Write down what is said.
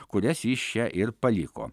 kurias jis čia ir paliko